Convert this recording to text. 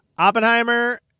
Oppenheimer